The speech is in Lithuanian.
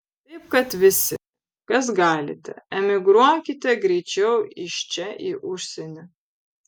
taip kad visi kas galite emigruokite greičiau iš čia į užsienį